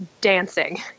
Dancing